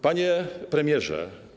Panie Premierze!